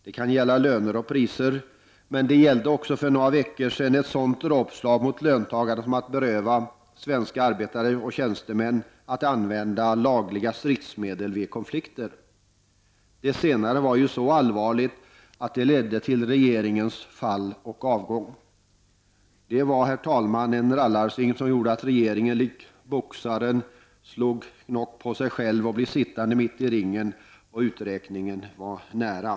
Det har gällt löner och priser, men det gällde för några veckor sedan också ett sådant dråpslag mot löntagarna som att beröva svenska arbetare och tjänstemän rätten att använda lagliga stridsmedel vid konflikter. Det senare var så allvarligt att det ledde till regeringens fall och avgång. Det var en rallarsving som gjorde att regeringen likt boxaren slog knock på sig själv och blev sittande mitt i ringen, och uträkningen var nära.